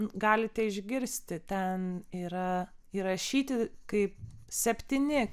galite išgirsti ten yra įrašyti kaip septyni